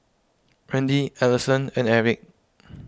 Randi Ellison and Erick